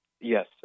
Yes